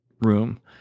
room